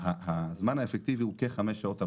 הזמן האפקטיבי הוא כחמש שעות עבודה.